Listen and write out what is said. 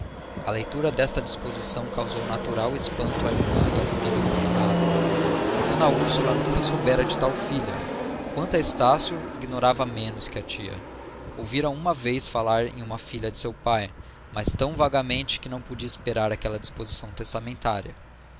a leitura desta disposição causou natural espanto à irmã e ao filho do finado d úrsula nunca soubera de tal filha quanto a estácio ignorava menos que a tia ouvira uma vez falar em uma filha de seu pai mas tão vagamente que não podia esperar aquela disposição testamentária